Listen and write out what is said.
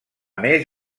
més